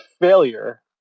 failure